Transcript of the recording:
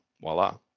voila